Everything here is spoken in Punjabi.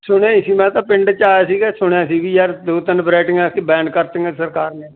ਸੁਣਿਆ ਹੀ ਸੀ ਮੈਂ ਤਾਂ ਪਿੰਡ 'ਚ ਆਇਆ ਸੀਗਾ ਸੁਣਿਆ ਸੀ ਵੀ ਯਾਰ ਦੋ ਤਿੰਨ ਵਰਾਈਟੀਆਂ ਐਤਕੀ ਬੈਨ ਕਰਤੀਆਂ ਸਰਕਾਰ ਨੇ